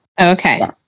Okay